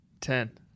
Ten